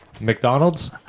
McDonald's